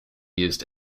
used